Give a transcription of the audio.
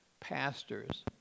pastors